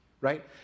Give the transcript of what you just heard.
Right